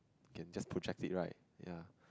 can just protract it right ya